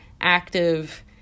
active